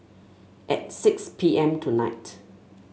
at six P M tonight